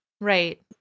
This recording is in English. Right